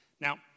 Now